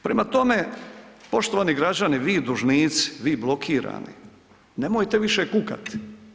Prema tome, poštovani građani, vi dužnici, vi blokirani, nemojte više kukati.